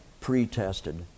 pre-tested